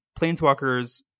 Planeswalkers